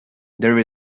there